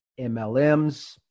MLMs